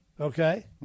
okay